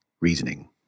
reasoning